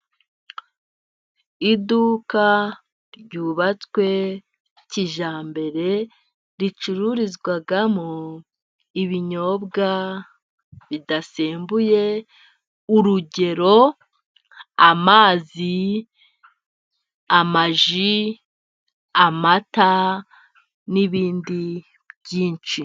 Iduka ryubatswe kijyambere ricururizwamo ibinyobwa bidasembuye. Urugero amazi, amaji, amata, n'ibindi byinshi.